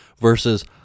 Versus